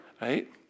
right